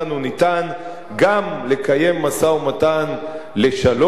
ניתן גם לקיים משא-ומתן לשלום,